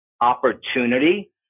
opportunity